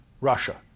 Russia